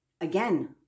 again